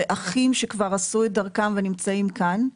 אחים שכבר עשו את דרכם ונמצאים כאן,